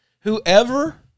Whoever